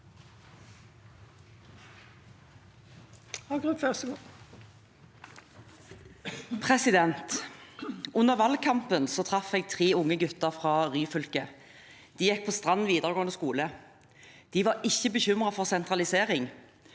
Under valgkam- pen traff jeg tre unge gutter fra Ryfylke. De gikk på Strand videregående skole. De var ikke bekymret for sentralisering.